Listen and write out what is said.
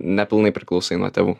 nepilnai priklausai nuo tėvų